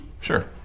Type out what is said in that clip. Sure